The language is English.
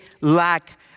lack